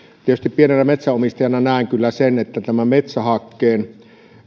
tietysti pienenä metsänomistajana näen kyllä sen että tämä metsähakkeen